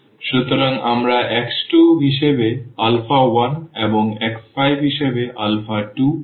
সুতরাং আমরা x2 হিসেবে আলফা 1 এবং x5হিসেবে আলফা 2 নেব